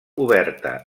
oberta